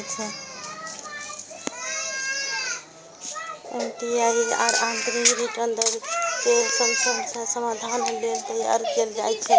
MIRR आंतरिक return दर के समस्याक समाधान लेल तैयार कैल जाइ छै